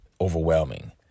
overwhelming